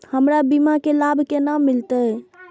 हमर बीमा के लाभ केना मिलते?